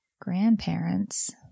Grandparents